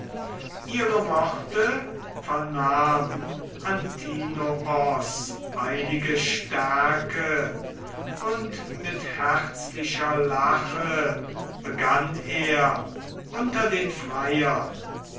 ihre worte vernahm antinoos heilige stärke und mit herzlicher lache begann er unter den freiern